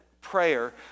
prayer